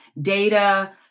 data